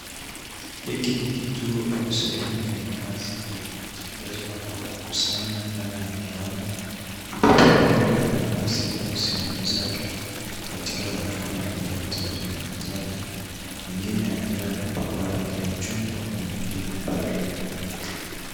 Hiki ni kituo au sehemu ya mabasi yaliyotengezwa au kukusanywa ndani ya kiwanda, ambapo miili ya mabasi au sehemu zake katika hatua mbalimbali za utengenezaji, mengine yakiwa yamepakwa rangi ya chungwa na mengine bado meupe.